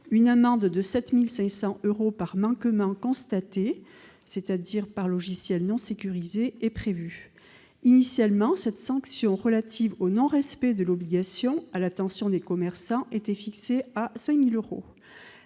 Une amende de 7 500 euros par manquement constaté, c'est-à-dire par logiciel non sécurisé, est prévue. Initialement, cette sanction relative au non-respect de cette obligation à l'attention des commerçants était fixée à 5 000 euros.